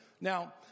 Now